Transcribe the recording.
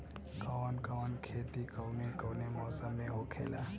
कवन कवन खेती कउने कउने मौसम में होखेला?